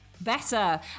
better